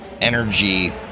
energy